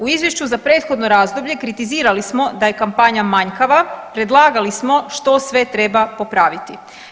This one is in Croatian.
U izvješću za prethodno razdoblje kritizirali smo da je kampanja manjkava, predlagali smo što sve treba popraviti.